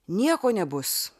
nieko nebus